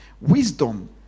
Wisdom